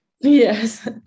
yes